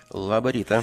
labą rytą